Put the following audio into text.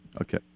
Okay